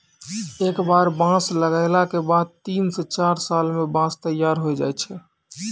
एक बार बांस लगैला के बाद तीन स चार साल मॅ बांंस तैयार होय जाय छै